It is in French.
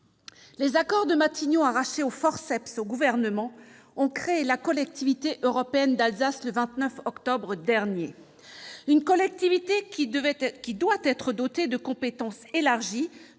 à l'hôtel de Matignon, arraché aux forceps au Gouvernement, a créé la Collectivité européenne d'Alsace, le 29 octobre dernier. Cette collectivité doit être dotée de compétences élargies,